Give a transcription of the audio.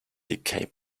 decay